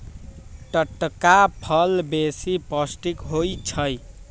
टटका फल बेशी पौष्टिक होइ छइ